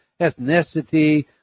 ethnicity